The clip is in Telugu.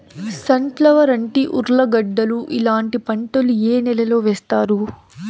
సన్ ఫ్లవర్, అంటి, ఉర్లగడ్డలు ఇలాంటి పంటలు ఏ నెలలో వేస్తారు?